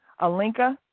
alinka